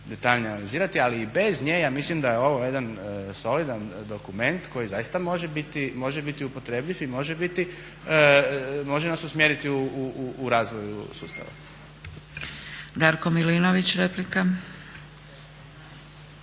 detaljnije analizirati ali i bez nje ja mislim da je ovo jedan solidan dokument koji zaista može biti upotrebljiv i može nas usmjeriti u razvoj sustava. **Zgrebec, Dragica